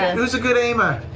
who's a good aimer?